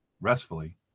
restfully